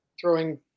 throwing